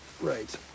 Right